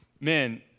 man